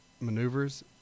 maneuvers